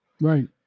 Right